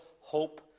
hope